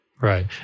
Right